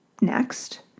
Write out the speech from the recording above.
Next